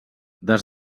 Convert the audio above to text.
des